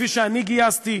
כפי שאני גייסתי,